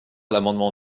l’amendement